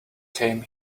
came